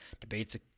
debates